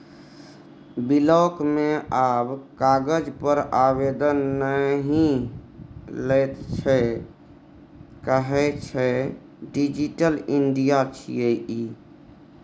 block मे आब कागज पर आवेदन नहि लैत छै कहय छै डिजिटल इंडिया छियै ई